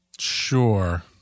Sure